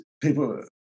people